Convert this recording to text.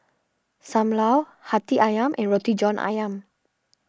Sam Lau Hati Ayam and Roti John Ayam